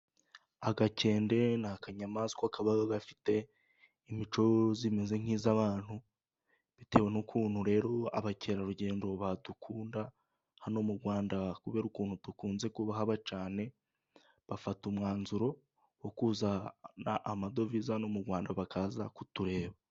Agakende ni akanyamaswa kaba gafite imico nk'iyabantu, bitewe n'ukuntu rero abakerarugendo badukunda, hano mu Rwanda kubera ukuntu dukunze, kuhaba cyane bafata umwanzuro wo kuzana amadovize, hano mu Rwanda bakaza kutureba.